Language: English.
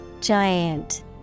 Giant